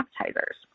appetizers